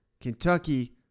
Kentucky